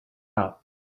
out